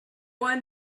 one